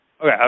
Okay